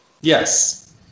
Yes